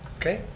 okay,